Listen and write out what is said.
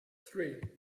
three